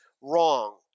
wrong